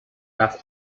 las